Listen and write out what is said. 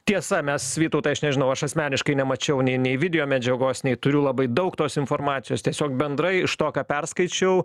tiesa mes vytautai aš nežinau aš asmeniškai nemačiau nei video medžiagos nei turiu labai daug tos informacijos tiesiog bendrai iš to ką perskaičiau